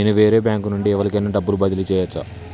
నేను వేరే బ్యాంకు నుండి ఎవలికైనా డబ్బు బదిలీ చేయచ్చా?